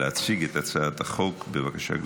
להוסיף בבקשה את